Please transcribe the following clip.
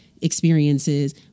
experiences